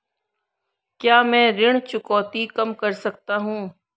क्या मैं ऋण चुकौती कम कर सकता हूँ?